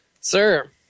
Sir